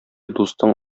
дустың